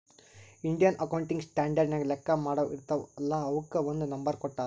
Indian accounting standard ನಾಗ್ ಲೆಕ್ಕಾ ಮಾಡಾವ್ ಇರ್ತಾವ ಅಲ್ಲಾ ಅವುಕ್ ಒಂದ್ ನಂಬರ್ ಕೊಟ್ಟಾರ್